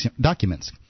documents